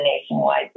nationwide